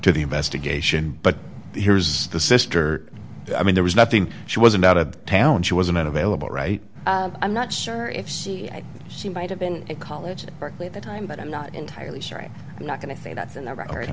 to the investigation but here's the sister i mean there was nothing she wasn't out of town she wasn't available right i'm not sure if she she might have been in college at berkeley at the time but i'm not entirely sure i'm not going to say that's in their a